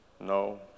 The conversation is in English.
No